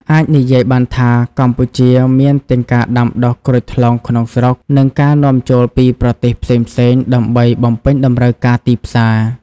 អាចនិយាយបានថា កម្ពុជាមានទាំងការដាំដុះក្រូចថ្លុងក្នុងស្រុក និងការនាំចូលពីប្រទេសផ្សេងៗដើម្បីបំពេញតម្រូវការទីផ្សារ។